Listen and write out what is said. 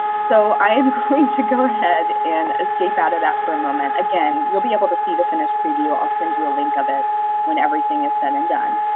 so i'm going to go ahead and escape out of that for a moment. again, you'll be able to see the finished preview. i'll send you a link of it when everything's said and done.